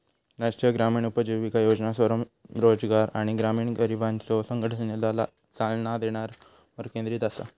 राष्ट्रीय ग्रामीण उपजीविका योजना स्वयंरोजगार आणि ग्रामीण गरिबांच्यो संघटनेला चालना देण्यावर केंद्रित असा